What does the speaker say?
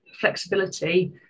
flexibility